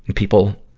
people,